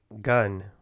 gun